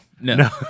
No